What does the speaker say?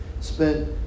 spent